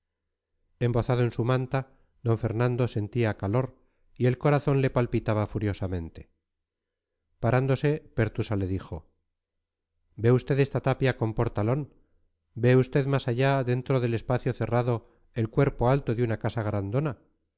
glacial embozado en su manta d fernando sentía calor y el corazón le palpitaba furiosamente parándose pertusa le dijo ve usted esta tapia con portalón ve usted más allá dentro del espacio cerrado el cuerpo alto de una casa grandona